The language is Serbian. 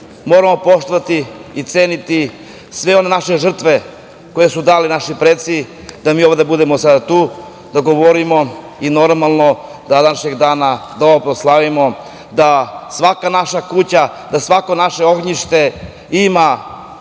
moramo poštovati i ceniti sve one naše žrtve koje su dale naši preci da mi ovde budemo sada tu, da govorimo i današnjeg dana da ovo proslavimo, da svaka naša kuća, da svako naše ognjište ima